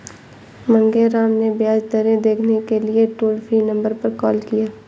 मांगेराम ने ब्याज दरें देखने के लिए टोल फ्री नंबर पर कॉल किया